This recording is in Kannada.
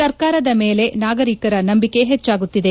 ಸರ್ಕಾರದ ಮೇಲೆ ನಾಗರಿಕರ ನಂಬಿಕೆ ಹೆಚ್ಚಾಗುತ್ತಿದೆ